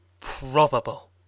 Probable